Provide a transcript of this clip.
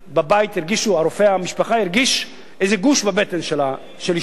בבית, רופא המשפחה הרגיש איזה גוש בבטן של אשתו.